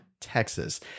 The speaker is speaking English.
Texas